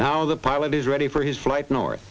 the pilot is ready for his flight north